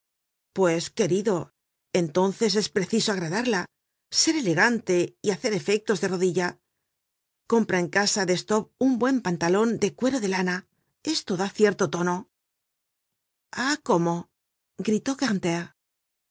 pues querido entonces es preciso agradarla ser elegante y hacer efectos de rodilla compra en casa de staub un buen pantalon de cuero de lana esto da cierto tono a cómo gritó